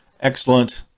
Excellent